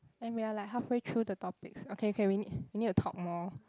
and we're like halfway through the topics okay okay we need we need to talk more